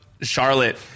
Charlotte